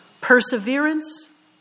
perseverance